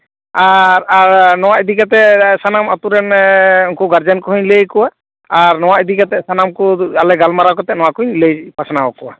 ᱟᱨ ᱟᱨ ᱱᱚᱣᱟ ᱤᱫᱤᱠᱟᱛᱮ ᱥᱟᱱᱟᱢ ᱟᱛᱳᱨᱮᱱ ᱩᱱᱠᱩ ᱜᱟᱨᱡᱮᱱ ᱠᱚᱦᱚᱧ ᱞᱟᱹᱭᱟᱠᱚᱣᱟ ᱟᱨ ᱱᱚᱣᱟ ᱤᱫᱤᱠᱟᱛᱮ ᱟᱞᱮ ᱥᱟᱱᱟᱢ ᱠᱚ ᱜᱟᱞᱢᱟᱨᱟᱣ ᱠᱟᱛᱮ ᱱᱚᱣᱟᱠᱚᱧ ᱟᱞᱮ ᱞᱟᱹᱭ ᱯᱟᱥᱱᱟᱣᱟᱠᱚᱣᱟ